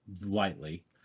lightly